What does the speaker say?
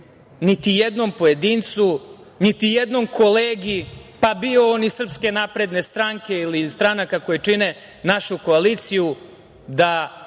niti jednom pojedincu, niti jednom kolegi, pa bio on iz SNS ili iz stranaka koje čine našu koaliciju, da